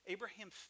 Abraham